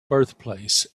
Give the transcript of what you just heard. birthplace